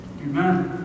Amen